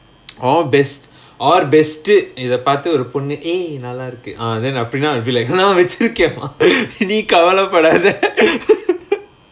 or best or best டு இத பாத்து ஒரு பொன்னு ஏய் நல்லாருக்கு:tu itha paathu oru ponnu yei nallaarukku ah then அப்புடின்டா:appudindaa will I வச்சிருக்கம்பா நீ கவலபடாத:vachirukampaa nee kavalapadaatha